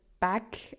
back